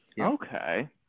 Okay